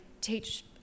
teach